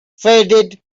faded